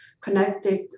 connected